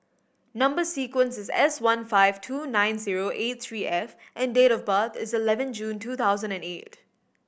number sequence is S one five two nine zero eight three F and date of birth is eleven June two thousand and eight